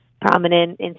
prominent